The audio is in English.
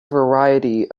variety